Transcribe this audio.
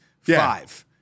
five